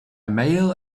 male